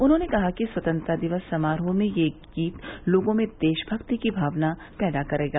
उन्होंने कहा कि स्वतंत्रता दिवस समारोह में ये गीत लोगों में देशभक्ति की भावना पैदा करेगा